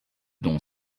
dont